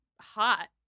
hot